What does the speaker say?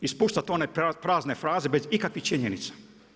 I spuštati one prazne fraze bez ikakvih činjenica.